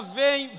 vem